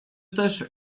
też